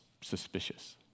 suspicious